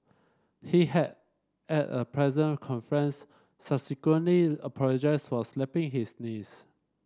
he had at a press conference subsequently apologised for slapping his niece